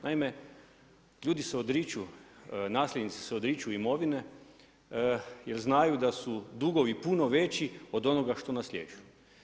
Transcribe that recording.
Naime, ljudi se odriču, nasljednici se odriču imovine jer znaju da su dugovi puno veći od onoga što nasljeđuju.